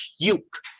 puke